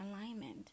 alignment